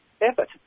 effort